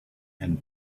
and